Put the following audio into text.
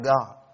God